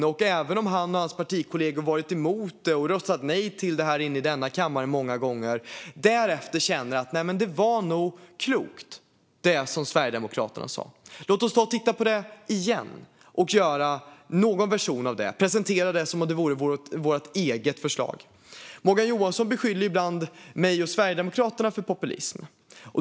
Många gånger har han och hans partikollegor varit emot våra förslag och röstat nej till dem här inne i denna kammare men därefter känt: Nej, det som Sverigedemokraterna sa var nog klokt. Låt oss ta och titta på det igen, göra någon version av det och presentera det som om det vore vårt eget förslag! Morgan Johansson beskyller ibland mig och Sverigedemokraterna för populism.